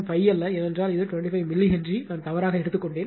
5 அல்ல ஏனென்றால் இது 25 மில்லி ஹென்றி நான் தவறாக எடுத்துக் கொண்டேன்